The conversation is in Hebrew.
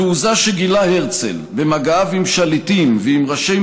התעוזה שגילה הרצל במגעיו עם שליטים ועם ראשי